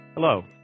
Hello